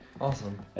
awesome